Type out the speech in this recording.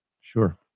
Sure